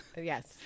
yes